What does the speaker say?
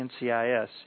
NCIS